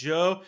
Joe